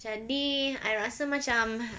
jadi I rasa macam